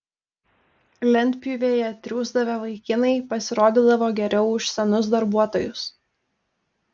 lentpjūvėje triūsdavę vaikinai pasirodydavo geriau už senus darbuotojus